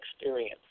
experience